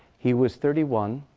he was thirty one.